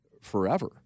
forever